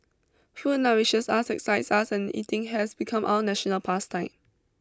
food nourishes us excites us and eating has become our national past time